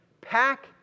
pack